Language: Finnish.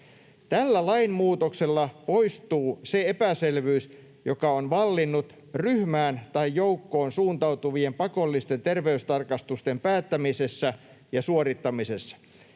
Tällä lainmuutoksella poistuu se epäselvyys, joka on vallinnut ryhmään tai joukkoon suuntautuvien pakollisten terveystarkastusten päättämisessä ja suorittamisessa.